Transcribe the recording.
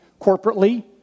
corporately